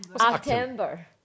October